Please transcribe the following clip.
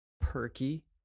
perky